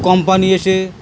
company এসে